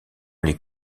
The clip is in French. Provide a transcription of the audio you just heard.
les